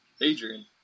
Adrian